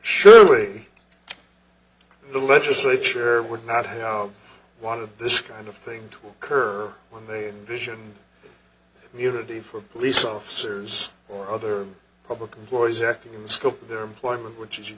surely the legislature would not have wanted this kind of thing to occur when they envision community for police officers or other public employees acting in the scope of their employment which as you